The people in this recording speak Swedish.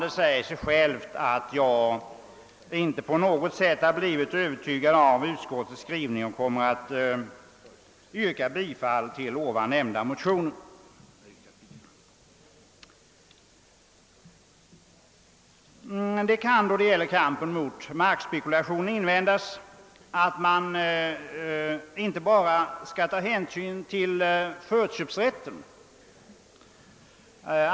Det säger sig självt att jag inte på något sätt blivit övertygad av utskottets skrivning, varför jag yrkar bifall till de nämnda motionerna. När det gäller markspekulationen invändes att man inte bara kan lita till förköpsrätten.